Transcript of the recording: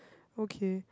okay